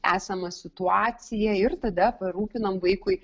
esamą situaciją ir tada parūpinam vaikui